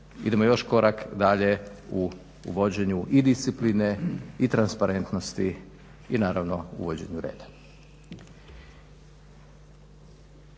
idemo još korak dalje u vođenju i discipline i transparentnosti i naravno uvođenju reda.